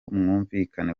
bwumvikane